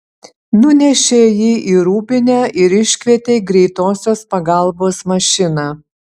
nunešė jį į rūbinę ir iškvietė greitosios pagalbos mašiną